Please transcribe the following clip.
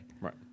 Right